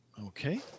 okay